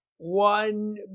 one